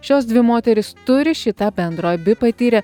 šios dvi moterys turi šį tą bendro abi patyrė